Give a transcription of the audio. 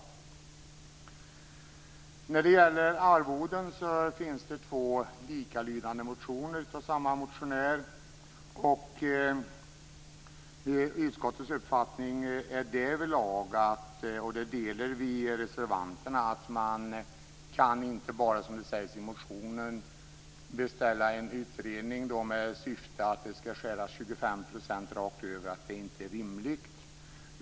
När det gäller arvoden finns det två likalydande motioner av samma motionär. Utskottets uppfattning är därvidlag, och där delar vi reservanternas uppfattning, att man inte bara som sägs i motionen kan beställa en utredning med syfte att det skall skäras 25 % rakt över. Det är inte rimligt.